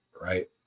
right